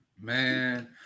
Man